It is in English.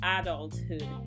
adulthood